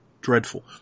dreadful